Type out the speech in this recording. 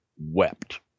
wept